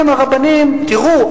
הרבנים אומרים: תראו,